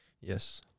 Yes